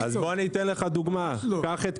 דרך אגב, אני לא מצליח לעלות מהמים (צוחק).